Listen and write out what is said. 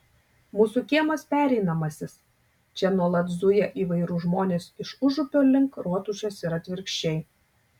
mūsų kiemas pereinamasis čia nuolat zuja įvairūs žmonės iš užupio link rotušės ir atvirkščiai